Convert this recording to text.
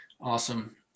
Awesome